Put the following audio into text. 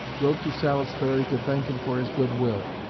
wrote to salisbury to thank him for his good-will.